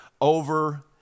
over